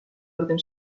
orden